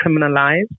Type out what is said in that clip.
criminalized